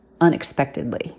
unexpectedly